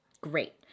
Great